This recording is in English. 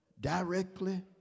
Directly